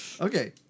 Okay